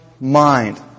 mind